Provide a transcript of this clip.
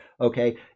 Okay